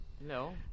No